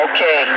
Okay